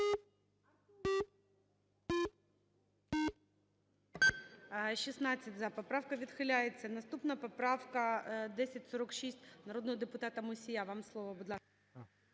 За-16 Поправка відхиляється. Наступна поправка 1046 народного депутата Мусія. Вам слово, будь ласка.